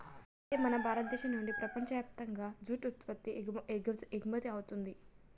అయితే మన భారతదేశం నుండి ప్రపంచయప్తంగా జూట్ ఉత్పత్తి ఎగుమతవుతుంది